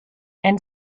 and